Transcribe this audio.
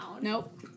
Nope